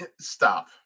Stop